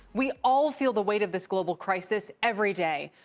we all feel the weight of this global crisis every day.